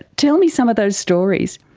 tell me some of those stories.